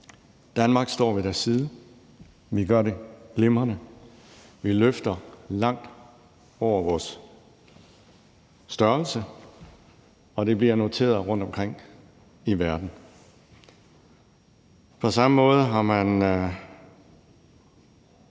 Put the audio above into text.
Danmark står ved deres side. Vi gør det glimrende. Vi løfter langt over vores størrelse, og det bliver noteret rundtomkring i verden. På samme måde har man